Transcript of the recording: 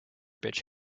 bitch